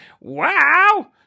wow